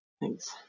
Thanks